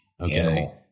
Okay